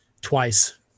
twice